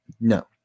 no